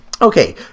Okay